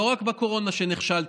לא רק בקורונה, שנכשלתם,